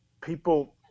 people